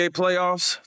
playoffs